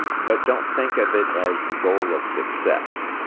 but don't think of it as the goal of success.